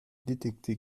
détecté